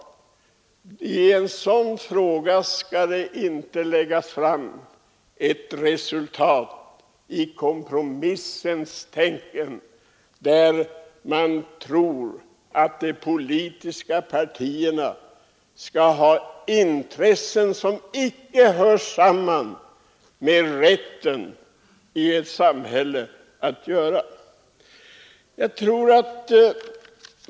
I en sådan fråga skall det inte läggas fram kompromissförslag som utan hänsyn till medborgarnas rätt tillgodoser intressen som de politiska partierna menar sig ha.